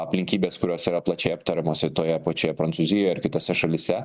aplinkybės kurios yra plačiai aptariamos ir toje pačioje prancūzijoj ir kitose šalyse